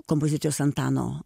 kompozitoriaus antano